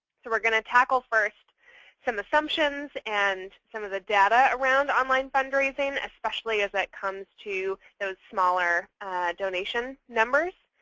so we're going to tackle first some assumptions and some of the data around online fundraising, especially as it comes to those smaller donation numbers,